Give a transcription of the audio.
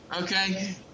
Okay